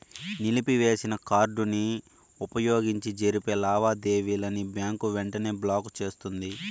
నిలిపివేసిన కార్డుని వుపయోగించి జరిపే లావాదేవీలని బ్యాంకు వెంటనే బ్లాకు చేస్తుంది